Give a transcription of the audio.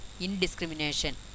indiscrimination